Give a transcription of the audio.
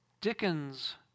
Dickens